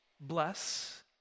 bless